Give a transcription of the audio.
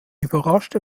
überraschte